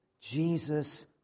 Jesus